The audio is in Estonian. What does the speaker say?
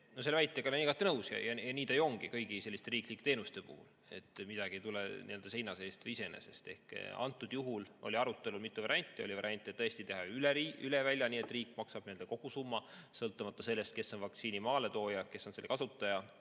Selle väitega olen igati nõus. Nii see ju ongi kõigi selliste riiklike teenuste puhul, et midagi ei tule seina seest või iseenesest. Antud juhul oli arutelul mitu varianti. Oli variant, et tõesti teha üle välja, nii et riik maksab nende kogusumma, sõltumata sellest, kes on vaktsiini maaletooja ja kes on selle kasutaja.